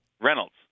Reynolds